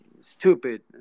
Stupid